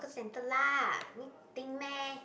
centre lah need think meh